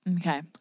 okay